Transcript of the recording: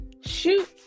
Shoot